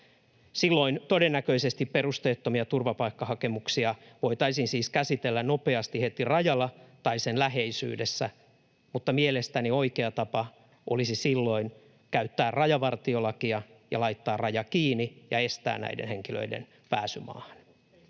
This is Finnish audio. Silloin todennäköisesti perusteettomia turvapaikkahakemuksia voitaisiin siis käsitellä nopeasti heti rajalla tai sen läheisyydessä, mutta mielestäni oikea tapa olisi silloin käyttää rajavartiolakia ja laittaa raja kiinni ja estää näiden henkilöiden pääsy maahan,